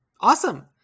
Awesome